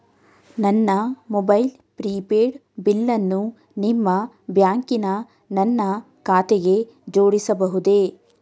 ನನ್ನ mobile prepaid ಬಿಲ್ಲನ್ನು ನಿಮ್ಮ ಬ್ಯಾಂಕಿನ ನನ್ನ ಖಾತೆಗೆ ಜೋಡಿಸಬಹುದೇ?